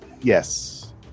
Yes